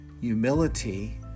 humility